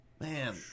man